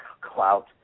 Clout